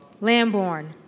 Lamborn